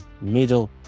middle